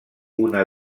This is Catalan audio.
una